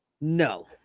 No